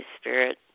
Spirit